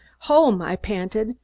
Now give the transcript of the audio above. home! i panted,